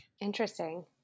Interesting